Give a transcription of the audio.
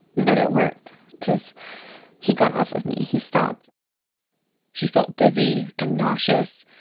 but it worked because he got off of me. he stopped she felt dizzy and nauseous.